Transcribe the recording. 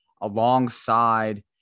alongside